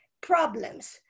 problems